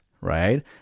right